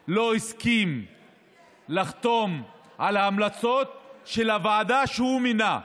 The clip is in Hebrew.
והוא לא הסכים לחתום על ההמלצות של הוועדה שהוא מינה.